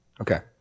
Okay